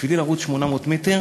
בשבילי לרוץ 800 מטר